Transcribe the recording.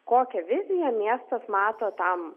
kokią viziją miestas mato tam